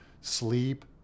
sleep